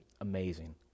amazing